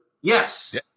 Yes